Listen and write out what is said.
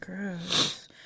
Gross